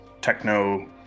techno